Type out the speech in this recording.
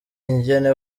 ingene